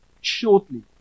shortly